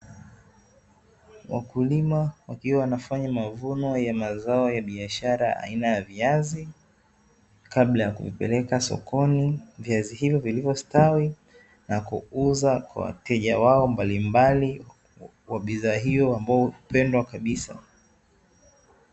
Wakulima wakiwa wanafanya mavuno ya mazao ya biashara aina ya viazi, kabla ya kuvipeleka sokoni, viazi hivyo vilivyo stawi na kuuza kwa wateja wao mbalimbali wa bidhaa hiyo ambayo hupendwa kabisa.